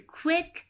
quick